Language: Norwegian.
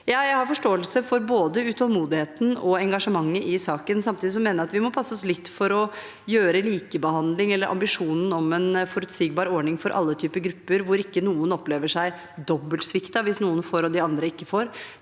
Jeg har forståelse for både utålmodigheten og engasjementet i saken. Samtidig mener jeg at vi må passe oss litt for å gjøre likebehandling – eller ambisjonen om en forutsigbar ordning for alle typer grupper hvor ikke noen opplever seg dobbelt sviktet hvis noen får og de andre ikke får